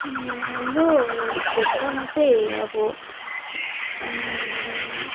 हाम्रो क्षेत्रमा चाहिँ अब